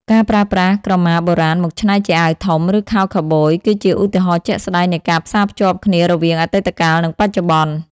ការប្រើប្រាស់ក្រមាបុរាណមកច្នៃជាអាវធំ ឬខោខូវប៊យ គឺជាឧទាហរណ៍ជាក់ស្តែងនៃការផ្សារភ្ជាប់គ្នារវាងអតីតកាលនិងបច្ចុប្បន្ន។